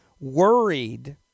worried